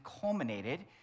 culminated